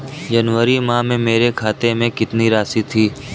जनवरी माह में मेरे खाते में कितनी राशि थी?